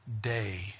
day